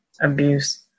abuse